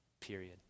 period